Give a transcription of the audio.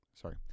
sorry